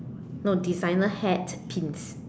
no designer hat pins